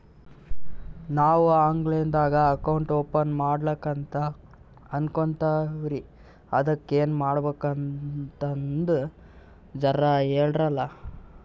ನಾವು online ದಾಗ account open ಮಾಡ್ಲಕಂತ ಅನ್ಕೋಲತ್ತೀವ್ರಿ ಅದಕ್ಕ ಏನ ಮಾಡಬಕಾತದಂತ ಜರ ಹೇಳ್ರಲ?